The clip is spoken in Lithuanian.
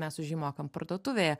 mes už jį mokam parduotuvėje